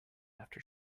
after